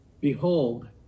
Behold